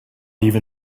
even